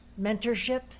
mentorship